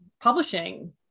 publishing